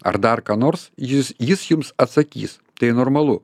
ar dar ką nors jis jis jums atsakys tai normalu